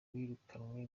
wirukanwe